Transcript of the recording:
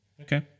Okay